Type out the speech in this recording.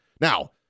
Now